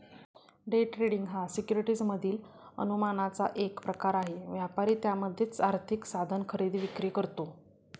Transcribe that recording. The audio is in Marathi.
डे ट्रेडिंग हा सिक्युरिटीज मधील अनुमानाचा एक प्रकार आहे, व्यापारी त्यामध्येच आर्थिक साधन खरेदी विक्री करतो